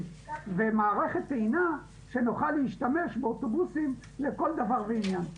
ומערכת טעינה שנוכל להשתמש באוטובוסים לכל דבר ועניין.